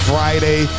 Friday